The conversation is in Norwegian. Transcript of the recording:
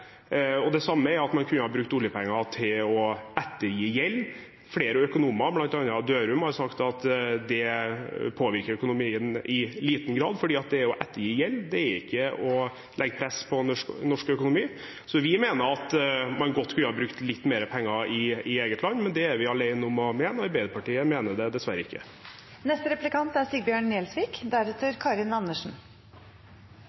det. Det samme gjelder at man kunne ha brukt oljepenger til å ettergi gjeld. Flere økonomer, bl.a. Dørum, har sagt at det påvirker økonomien i liten grad, for det å ettergi gjeld er ikke å legge press på norsk økonomi. Så vi mener at man godt kunne ha brukt litt mer penger i eget land, men det er vi alene om å mene, og Arbeiderpartiet mener det dessverre ikke.